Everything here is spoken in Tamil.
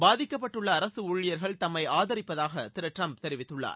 பாதிக்கப்பட்டுள்ள அரசு ஊழியர்கள் தம்மை ஆதரிப்பதாக திரு டிரம்ப் தெரிவித்துள்ளார்